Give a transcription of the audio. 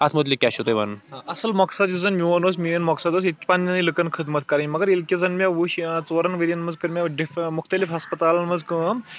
اَصٕل مقصد یُس زَن میون اوس میٲنۍ مقصد اوس ییٚتہِ پَننؠن لُکَن خدمت کَرٕنۍ مگر ییٚلہِ کہِ زَن مےٚ وٕچھ ژورَن ؤرۍ یَن منٛز کٔر مےٚ ڈِف مُختٔلِف ہَسپَتالَن منٛز کٲم